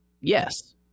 Yes